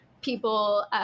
people